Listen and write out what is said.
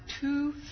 two